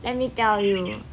let me tell you